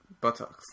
Buttocks